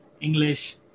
English